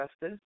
Justice